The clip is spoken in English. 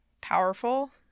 powerful